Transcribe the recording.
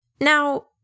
Now